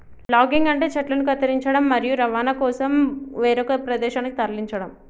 logging అంటే చెట్లను కత్తిరించడం, మరియు రవాణా కోసం వేరొక ప్రదేశానికి తరలించడం